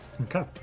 Okay